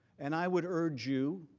and, i would urge you,